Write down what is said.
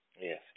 yes